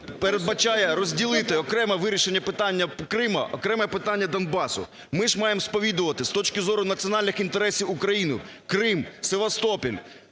передбачає розділити окремо вирішення питання Криму, окремо – питання Донбасу. Ми маємо сповідувати з точки зору національних інтересів України: Крим, Севастополь,